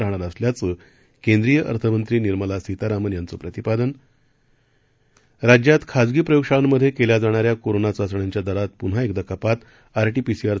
राहणार असल्याचं केंद्रीय अर्थ मंत्री निर्मला सीतारामन यांचं प्रतिपादन राज्यात खासगी प्रयोगशाळांमध्ये केल्या जाणाऱ्या कोरोना चाचण्यांच्या दरात पुन्हा एकदा कपात आरटीपीसीआर